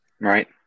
Right